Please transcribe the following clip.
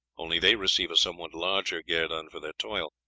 only they receive a somewhat larger guerdon for their toil